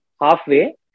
halfway